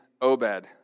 Obed